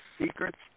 secrets